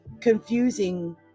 confusing